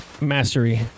mastery